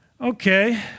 okay